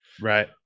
Right